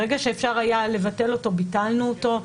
ברגע שאפשר היה לבטל אותו ביטלנו אותו.